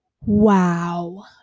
wow